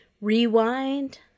rewind